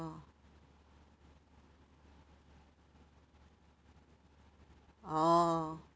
oh